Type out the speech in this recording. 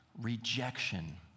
rejection